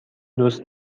دوست